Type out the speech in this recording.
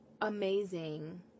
amazing